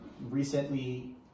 recently